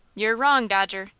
you're wrong, dodger,